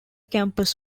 campus